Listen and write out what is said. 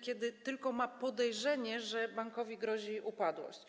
kiedy tylko ma podejrzenie, że bankowi grozi upadłość.